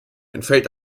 entfällt